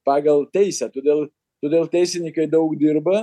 pagal teisę todėl todėl teisinikai daug dirba